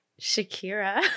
Shakira